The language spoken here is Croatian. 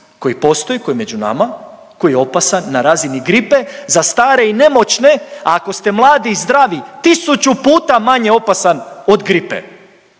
koji postoji, koji je među nama, koji je opasan na razini gripe za stare i nemoćne, a ako ste mladi i zdravi tisuću puta manje opasan od gripe.